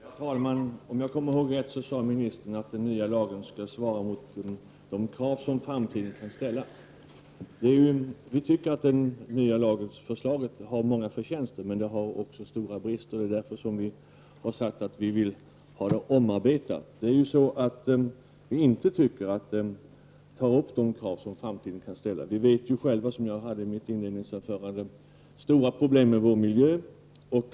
Herr talman! Om jag kommer ihåg rätt sade ministern att den nya lagen skall svara mot de krav som framtiden kan ställa. Vi tycker att det nya lagförslaget har många förtjänster, men det har också stora brister. Det är därför vi har sagt att vi vill ha det omarbetat. Vi tycker inte att det tar upp de krav som framtiden kan ställa. Vi har, vilket jag nämnde i mitt inledningsanförande, stora problem med vår miljö.